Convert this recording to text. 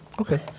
Okay